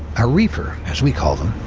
a reefer as we call them.